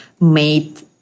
made